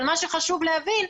אבל מה שחשוב להבין,